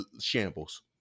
shambles